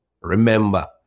Remember